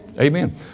Amen